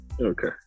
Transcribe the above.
Okay